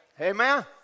Amen